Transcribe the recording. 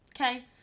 Okay